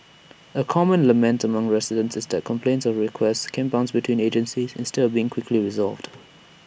A common lament among residents is that complaints and requests can bounce between agencies instead of being quickly resolved